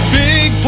big